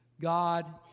God